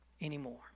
anymore